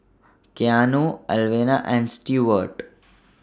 Keanu Alvena and Stewart